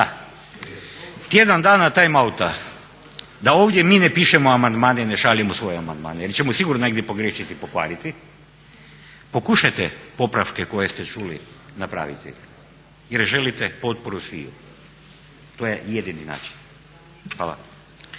tjedan dana time outa da ovdje mi ne pišemo amandmane i ne šaljemo svoje amandmane jer ćemo sigurno negdje pogriješiti i pokvariti, pokušajte popravke koje ste čuli napraviti jer želite potporu sviju. To je jedini način. Hvala.